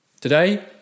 Today